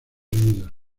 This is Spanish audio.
unidos